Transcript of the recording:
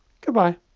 goodbye